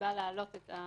סיבה להעלות ריביות,